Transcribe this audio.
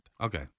Okay